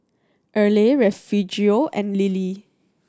Erle Refugio and Lilie